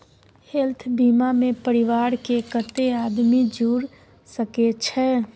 Health बीमा मे परिवार के कत्ते आदमी जुर सके छै?